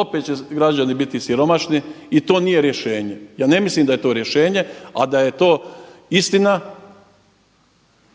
opet će građani biti siromašni i to nije rješenje. Ja ne mislim da je to rješenje, a da je to istina